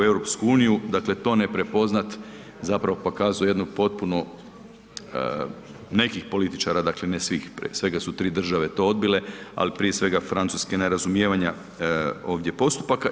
Dakle to ne prepoznati zapravo pokazuje jednu potpunu, nekih političara dakle ne svih, svega su 3 države to odbile, ali prije svega Francuske, nerazumijevanja ovdje postupaka.